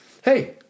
hey